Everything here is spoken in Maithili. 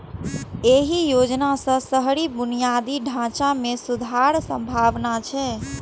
एहि योजना सं शहरी बुनियादी ढांचा मे सुधारक संभावना छै